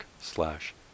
slash